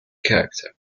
character